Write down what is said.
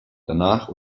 danach